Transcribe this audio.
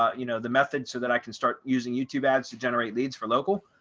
you know, the methods so that i can start using youtube ads to generate leads for local.